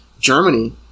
Germany